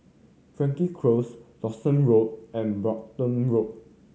Frankel Close Dawson Road and Brompton Road